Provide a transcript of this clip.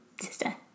sister